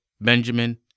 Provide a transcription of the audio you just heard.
Benjamin